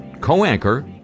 co-anchor